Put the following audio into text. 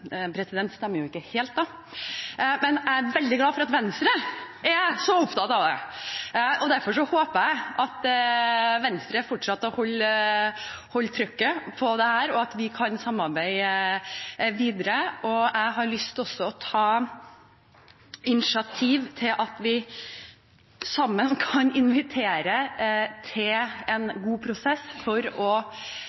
stemmer jo ikke helt, da, men jeg er veldig glad for at Venstre er så opptatt av det! Derfor håper jeg at Venstre fortsetter å holde trykket på dette, og at vi kan samarbeide videre. Jeg har også lyst til å ta initiativ til at vi sammen kan invitere til en